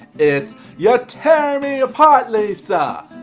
it's you're tearing me apart lisa,